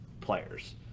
players